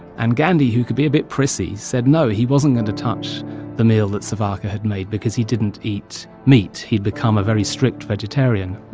and gandhi, who could be a bit prissy, said no. he wasn't going to touch the meal that savarkar had made because he didn't eat meat. he had become a very strict vegetarian.